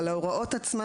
אבל ההוראות עצמן,